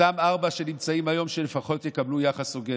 אותם ארבעה שנמצאים, שלפחות יקבלו יחס הוגן.